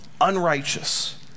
unrighteous